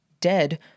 Dead